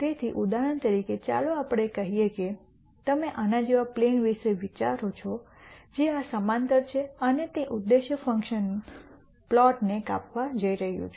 તેથી ઉદાહરણ તરીકે ચાલો આપણે કહીએ કે તમે આના જેવા પ્લેન વિશે વિચારો છો જે આ સમાંતર છે અને તે ઉદ્દેશ્ય ફંકશન પ્લોટને કાપવા જઇ રહ્યું છે